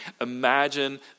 Imagine